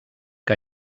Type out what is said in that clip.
que